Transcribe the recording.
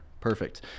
perfect